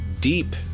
deep